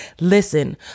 Listen